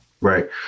Right